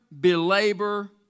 belabor